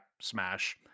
smash